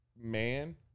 man